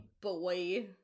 boy